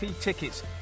tickets